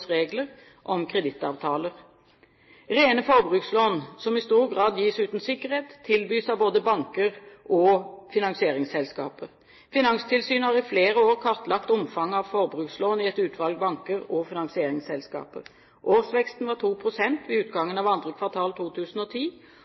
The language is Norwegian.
regler om kredittavtaler. Rene forbrukslån, som i stor grad gis uten sikkerhet, tilbys av både banker og finansieringsselskaper. Finanstilsynet har i flere år kartlagt omfanget av forbrukslån i et utvalg banker og finansieringsselskaper. Årsveksten var 2 pst. ved utgangen av andre kvartal 2010,